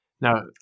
Now